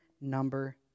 number